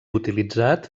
utilitzat